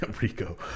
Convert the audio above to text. Rico